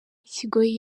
ikigoyi